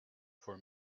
for